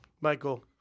Michael